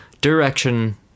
direction